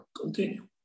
Continue